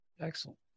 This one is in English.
Excellent